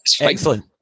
Excellent